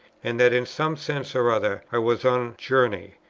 and that in some sense or other i was on journey.